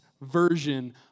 version